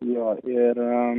jo ir